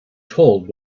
told